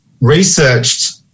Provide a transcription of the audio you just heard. researched